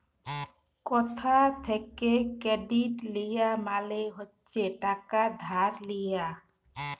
কথা থ্যাকে কেরডিট লিয়া মালে হচ্ছে টাকা ধার লিয়া